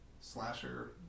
slasher